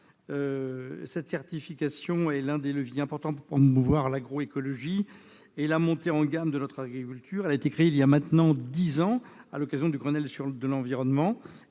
Cette certification est l'un des leviers importants pour promouvoir l'agroécologie et la montée en gamme de notre agriculture. Elle a été créée il y a maintenant dix ans, à l'occasion du Grenelle de l'environnement.